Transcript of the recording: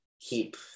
keep